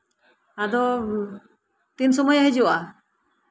ᱟᱫᱚ ᱛᱤᱱ ᱥᱚᱢᱚᱭᱮ ᱦᱤᱡᱩᱜᱼᱟ